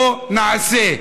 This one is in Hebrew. בואו נעשה.